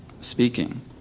speaking